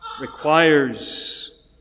requires